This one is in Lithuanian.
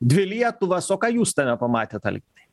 dvi lietuvas o ką jūs tame pamatėt algirdai